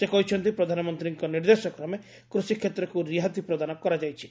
ସେ କହିଛନ୍ତି ପ୍ରଧାନମନ୍ତ୍ରୀଙ୍କ ନିର୍ଦ୍ଦେଶ କ୍ରମେ କୃଷି କ୍ଷେତ୍କକ ରିହାତି ପ୍ରଦାନ କରାଯାଇଛି